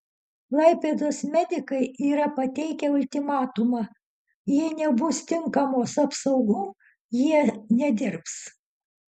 klaipėdos medikai yra pateikę ultimatumą jei nebus tinkamos apsaugų jie nedirbs